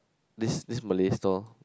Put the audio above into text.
this this Malay store